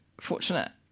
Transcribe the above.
fortunate